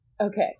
Okay